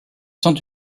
sont